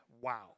wow